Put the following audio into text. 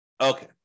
Okay